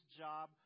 job